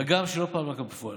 הגם שלא פעל בפועל.